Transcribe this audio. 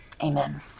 Amen